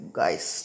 guys